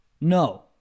No